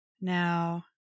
Now